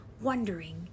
wondering